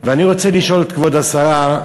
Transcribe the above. ואני רוצה לשאול את כבוד השרה,